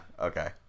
okay